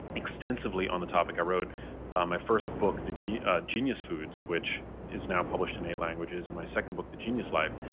extensively on the topic. i wrote my first book, genius genius foods, which is now published in eight languages, and my second book the genius life.